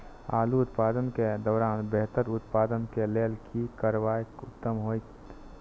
आलू उत्पादन के दौरान बेहतर उत्पादन के लेल की करबाक उत्तम होयत?